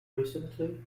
recently